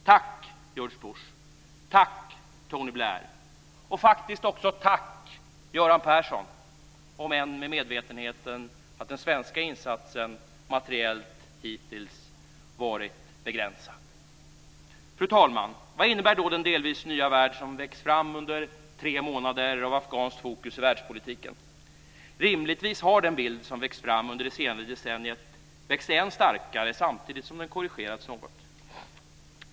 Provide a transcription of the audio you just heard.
Tack George Bush, tack Tony Blair och faktiskt också tack Göran Persson - om än med medvetenheten om att den svenska insatsen materiellt hittills varit begränsad. Fru talman! Vad innebär då den delvis nya värld som växt fram under tre månader av afghanskt fokus i världspolitiken? Rimligtvis har den bild som växt fram under det senaste decenniet växt sig än starkare, samtidigt som den korrigerats något.